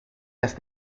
las